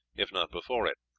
if not before it,